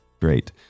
Great